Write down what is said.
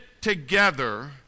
together